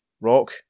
Rock